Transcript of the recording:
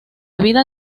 vida